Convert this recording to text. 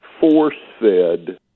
force-fed